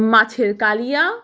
মাছের কালিয়া